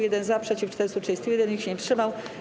1 - za, przeciw - 431, nikt się nie wstrzymał.